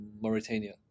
Mauritania